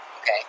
okay